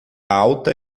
alta